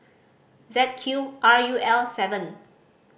Z Q R U L seven